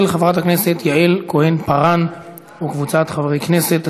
של חברת הכנסת יעל כהן-פארן וקבוצת חברי הכנסת.